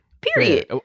Period